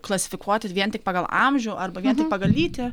klasifikuoti vien tik pagal amžių arba vien tik pagal lytį